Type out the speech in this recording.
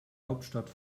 hauptstadt